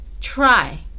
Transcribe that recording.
try